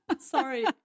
sorry